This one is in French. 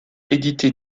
édité